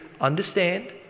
understand